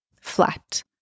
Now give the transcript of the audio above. flat